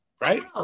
Right